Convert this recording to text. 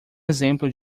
exemplo